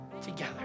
together